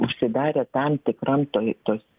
užsidarę tam tikram toj tos